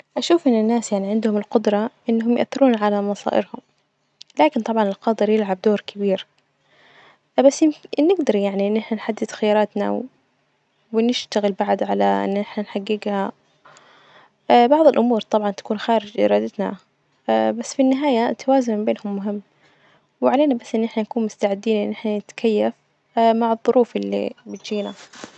أشوف إن الناس يعني عندهم القدرة إنهم يأثرون على مصائرهم، لكن طبعا القادر يلعب دور كبير، بس يم- نجدر يعني إن إحنا نحدد خياراتنا، ونشتغل بعد على إن إحنا نحججها بعض الأمور طبعا تكون خارج إرادتنا بس في النهاية التوازن بينهم مهم، وعلينا بس إن إحنا نكون مستعدين إن إحنا نتكيف مع الظروف اللي بتجينا.